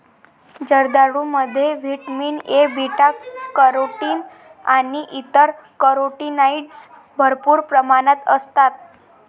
जर्दाळूमध्ये vitamin A, beta carotene आणि इतर कॅरोटीनॉइड्स भरपूर प्रमाणात असतात